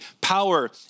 power